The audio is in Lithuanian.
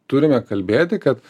turime kalbėti kad